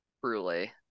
Truly